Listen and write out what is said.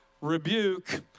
rebuke